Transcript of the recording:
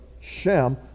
Shem